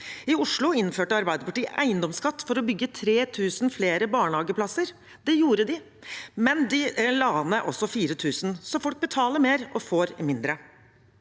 I Oslo innførte Arbeiderpartiet eiendomsskatt for å bygge 3 000 flere barnehageplasser. Det gjorde de, men de la også ned 4 000. Så folk betaler mer og får mindre.